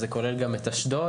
וזה כולל גם את אשדוד,